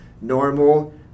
normal